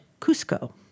Cusco